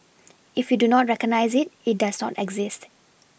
if you do not recognise it it does not exist